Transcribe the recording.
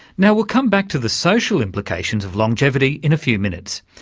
now, we'll come back to the social implications of longevity in a few minutes.